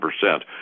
percent